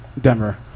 Denver